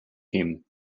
him